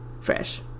fresh